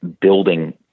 building